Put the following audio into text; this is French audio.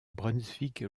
brunswick